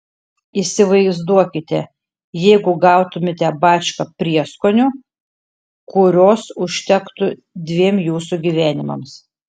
įsivaizduokite jeigu gautumėte bačką prieskonių kurios užtektų dviem jūsų gyvenimams